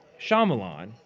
Shyamalan